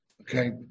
okay